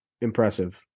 impressive